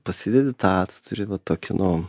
pasidedi tą tu turi va tokį nu